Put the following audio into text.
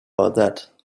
about